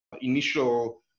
initial